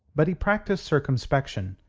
but he practised circumspection.